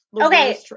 okay